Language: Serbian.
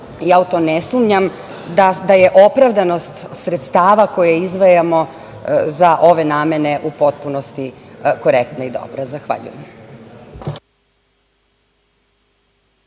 ja u to ne sumnjam, da je opravdanost sredstava koje izdvajamo za ove namene u potpunosti korektna i dobra. Zahvaljujem.